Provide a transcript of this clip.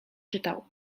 czytał